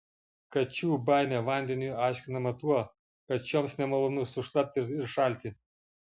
kačių baimė vandeniui aiškinama tuo kad šioms nemalonu sušlapti ir šalti